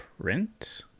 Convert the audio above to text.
Print